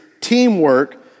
Teamwork